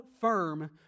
firm